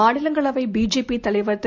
மாநிலங்களவை பிஜேபி தலைவர் திரு